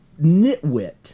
nitwit